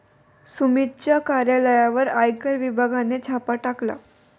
सुमितच्या कार्यालयावर आयकर विभागाने छापा टाकला